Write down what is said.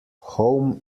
home